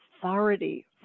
authority